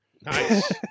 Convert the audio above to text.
Nice